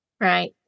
Right